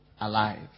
alive